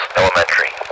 elementary